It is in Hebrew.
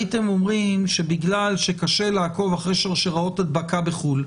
הייתם אומרים שבגלל שקשה לעקוב אחרי שרשראות הדבקה בחו"ל,